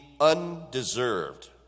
undeserved